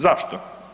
Zašto?